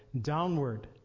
downward